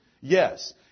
Yes